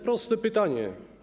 Proste pytanie.